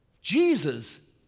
Jesus